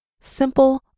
simple